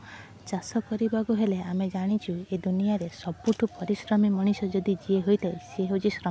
ଚାଷ କରିବାକୁ ହେଲେ ଆମେ ଜାଣିଛୁ ଏ ଦୁନିଆରେ ସବୁଠୁ ପରିଶ୍ରମୀ ମଣିଷ ଯଦି ଯିଏ ହୋଇଥାଏ ସିଏ ହେଉଛି ଶ୍ରମିକ